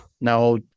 Now